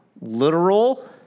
literal